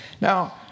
Now